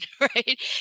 right